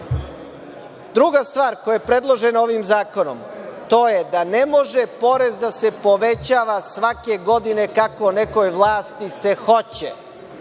stvar koja je predložena ovim zakonom, to je da ne može porez da se povećava svake godine kako se nekoj vlasti hoće.